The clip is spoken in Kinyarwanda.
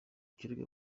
kirego